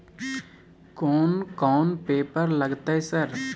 कोन कौन पेपर लगतै सर?